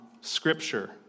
Scripture